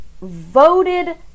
voted